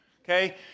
Okay